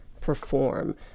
perform